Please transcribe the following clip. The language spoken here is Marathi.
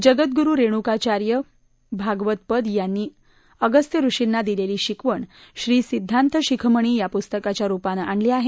जगतगुरु रेणुकाचार्य भागवदपद यांनी अगस्त्य ऋषींना दिलेली शिकवण श्री सिद्धांत शिखमणी या पुस्तकाच्या रुपानं आणली आहे